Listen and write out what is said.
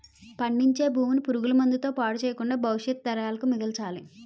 పండించే భూమిని పురుగు మందుల తో పాడు చెయ్యకుండా భవిష్యత్తు తరాలకు మిగల్చాలి